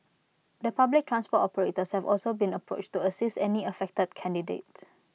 the public transport operators have also been approached to assist any affected candidates